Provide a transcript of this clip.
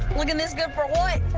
looking this good for